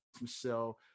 Michelle